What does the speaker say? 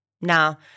Now